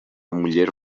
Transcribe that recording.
muller